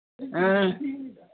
ꯎꯝ